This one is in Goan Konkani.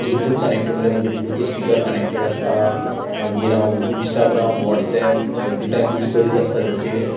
ब्लुतूथ कनेक्ट म्हणजे म्हजे ब्लुतूथ स्पीकर्स कनेक्टेड आसतात मागीर हांव Instagram WhatsApp every time use करीत आसता ताचेर